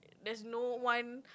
there's no one